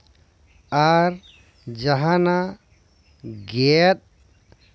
ᱟᱨ ᱡᱟᱸᱦᱟᱱᱟᱜ ᱜᱮᱫ